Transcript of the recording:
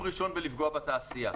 מקום ראשון בפגיעה בתעשייה.